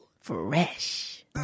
fresh